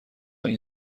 این